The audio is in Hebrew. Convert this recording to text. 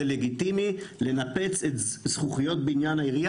זה לגיטימי לנפץ את זכוכיות בניין העירייה,